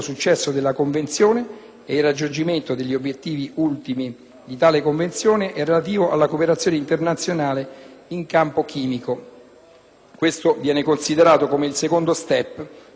Questo viene considerato come il secondo *step*, da valutare in seguito al disarmo. Si potrà dunque parlare di una nuova era nella lotta al disarmo quando l'OPAC